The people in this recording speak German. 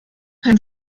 ein